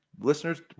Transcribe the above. Listeners